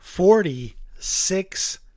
Forty-six